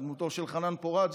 עם דמותו של חנן פורת,